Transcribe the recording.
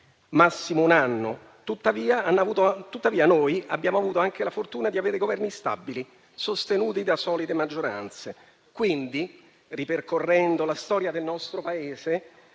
massimo un anno; tuttavia, noi abbiamo avuto anche la fortuna di avere Governi stabili, sostenuti da solide maggioranze. Quindi, ripercorrendo la storia del nostro Paese,